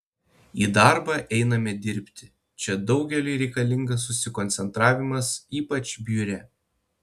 į darbą einame dirbti čia daugeliui reikalingas susikoncentravimas ypač biure